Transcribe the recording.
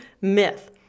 myth